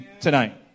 tonight